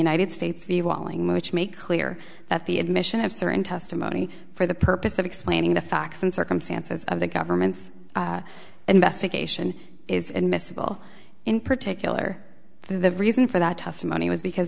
united states v walling which make clear that the admission of certain testimony for the purpose of explaining the facts and circumstances of the government's investigation is admissible in particular the reason for that testimony was because